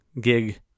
gig